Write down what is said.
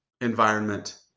environment